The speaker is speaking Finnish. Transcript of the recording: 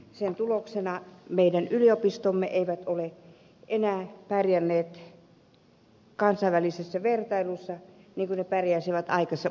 sen tuloksena meidän yliopistomme eivät ole enää pärjänneet kansainvälisessä vertailussa niin kuin ne pärjäsivät aikaisemmin